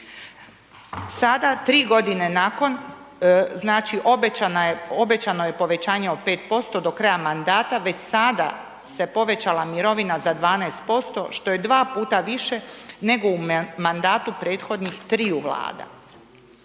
Sada, 3 godine nakon, znači obećana je, obećano je povećanje od 5% do kraja mandata, već sada se povećala mirovina za 12%, što je 2 puta više nego u mandatu prethodnih triju vlada.